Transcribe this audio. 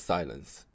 Silence